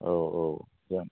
औ औ जेन